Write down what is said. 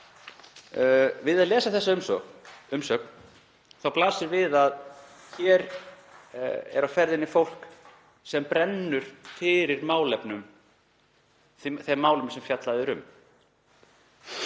Við að lesa þessa umsögn þá blasir við að hér er á ferðinni fólk sem brennur fyrir þeim málum sem fjallað er um.